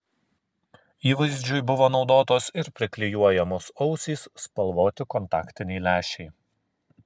įvaizdžiui buvo naudotos ir priklijuojamos ausys spalvoti kontaktiniai lęšiai